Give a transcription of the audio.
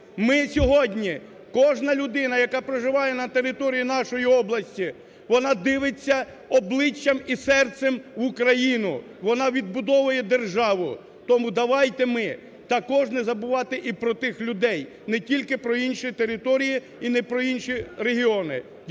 Ми сьогодні, кожна людина, яка проживає на території нашої області, вона дивиться обличчям і серцем в Україну, вона відбудовує державу. Тому давайте ми також не забувати і про тих людей, не тільки про інші території і не про інші регіони.